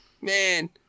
man